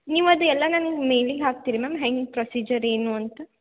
ನೀವು ಅದು ಎಲ್ಲ ನಮ್ಮ ಮೇಲಿಗೆ ಹಾಕ್ತೀರಿ ಮ್ಯಾಮ್ ಹೆಂಗೆ ಪ್ರೊಸೀಜರ್ ಏನು ಅಂತ